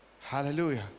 hallelujah